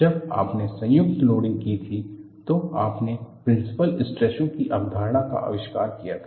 जब आपने संयुक्त लोडिंग की थी तो आपने प्रिंसीपल स्ट्रेसों की अवधारणा का आविष्कार किया था